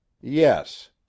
Yes